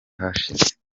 hashize